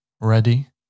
Ready